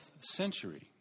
century